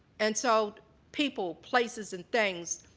and so people, places and things,